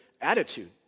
attitude